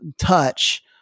touch